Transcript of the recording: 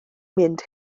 mynd